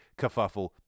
kerfuffle